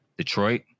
Detroit